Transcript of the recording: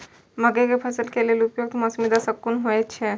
मके के फसल के लेल उपयुक्त मौसमी दशा कुन होए छै?